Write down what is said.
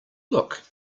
look